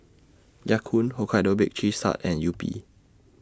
Ya Kun Hokkaido Baked Cheese Tart and Yupi